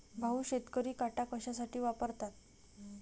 भाऊ, शेतकरी काटा कशासाठी वापरतात?